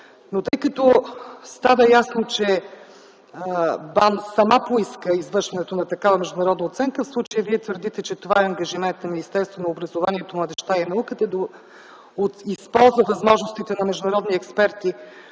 Но тъй като става ясно, че БАН сама поиска извършването на такава международна оценка (в случая Вие твърдите, че това е ангажимент на Министерството на образованието, младежта и науката - да използва възможностите на международни експерти